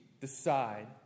decide